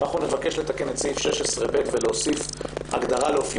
נבקש לתקן את סעיף 16ב ולהוסיף הגדרה ל"אופיו